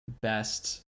best